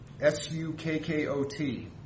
S-U-K-K-O-T